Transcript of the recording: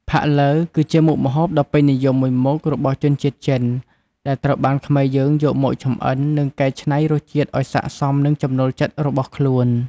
ផាក់ឡូវ គឺជាមុខម្ហូបដ៏ពេញនិយមមួយមុខរបស់ជនជាតិចិន ដែលត្រូវបានខ្មែរយើងយកមកចម្អិន និងកែច្នៃរសជាតិឱ្យស័ក្តិសមនឹងចំណូលចិត្តរបស់ខ្លួន។